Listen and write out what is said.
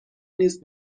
نیز